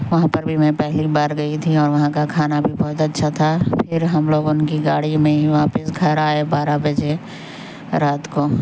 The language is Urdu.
وہاں پر بھی میں پہلی بار گئی تھی اور وہاں کا کھانا بھی بہت اچھا تھا پھر ہم لوگ ان کی گاڑی میں ہی واپس گھر آئے بارہ بجے رات کو